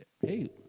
hey